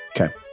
Okay